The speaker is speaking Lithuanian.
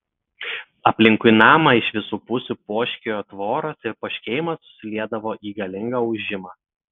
aplinkui namą iš visų pusių poškėjo tvoros ir poškėjimas susiliedavo į galingą ūžimą